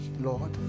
Lord